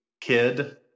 kid